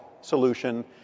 solution